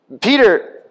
Peter